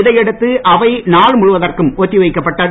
இதையடுத்து அவை நாள் முழுவதற்கும் ஒத்தி வைக்கப்பட்டது